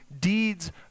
deeds